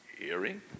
hearing